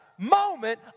Moment